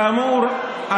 כאמור,